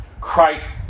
Christ